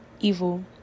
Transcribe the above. evil